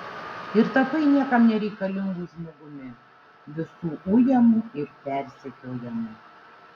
ir tapai niekam nereikalingu žmogumi visų ujamu ir persekiojamu